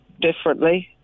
differently